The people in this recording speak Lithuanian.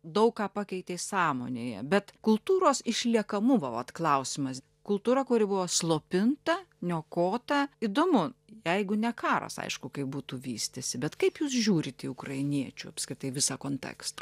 daug ką pakeitė sąmonėje bet kultūros išliekamumo vat klausimas kultūra kuri buvo slopinta niokota įdomu jeigu ne karas aišku kaip būtų vystęsi bet kaip jūs žiūrit į ukrainiečių apskritai visą kontekstą